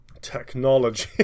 Technology